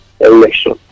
election